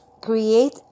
create